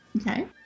Okay